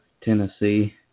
Tennessee